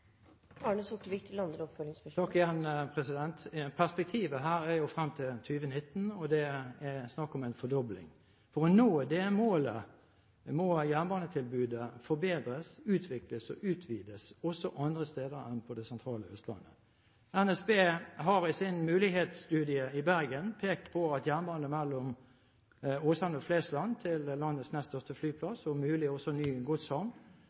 Perspektivet her er frem til 2019, og det er snakk om en fordobling. For å nå det målet må jernbanetilbudet forbedres, utvikles og utvides, også andre steder enn på det sentrale Østlandet. NSB har i sin mulighetsstudie i Bergen pekt på at jernbane mellom Åsane og Flesland, landets nest største flyplass – og om mulig også ny